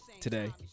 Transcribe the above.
Today